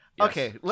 Okay